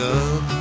up